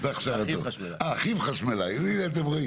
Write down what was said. אחי חשמלאי.